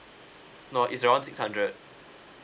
no it's around six hundred